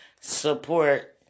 support